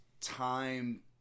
time